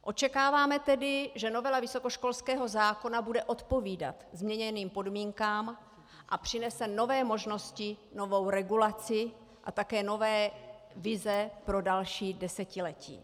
Očekáváme tedy, že novela vysokoškolského zákona bude odpovídat změněným podmínkám a přinese nové možnosti, novou regulaci a také nové vize pro další desetiletí.